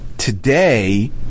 Today